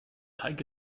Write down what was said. heike